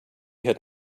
had